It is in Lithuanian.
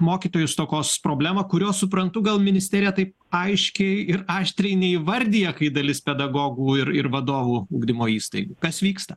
mokytojų stokos problemą kurios suprantu gal ministerija taip aiškiai ir aštriai neįvardija kai dalis pedagogų ir vadovų ugdymo įstaigų kas vyksta